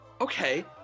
okay